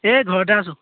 এই ঘৰতে আছোঁ